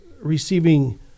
receiving